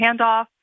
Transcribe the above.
handoff